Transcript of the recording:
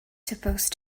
supposed